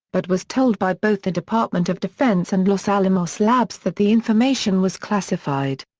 but was told by both the department of defense and los alamos labs that the information was classified.